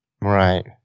Right